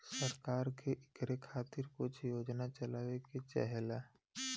सरकार के इकरे खातिर कुछ योजना चलावे के चाहेला